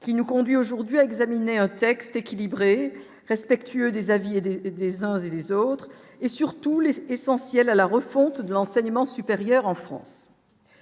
qui nous conduit aujourd'hui à examiner un texte équilibré, respectueux des avis et des des uns et des autres et surtout les c'est essentiel à la refonte de l'enseignement supérieur en France,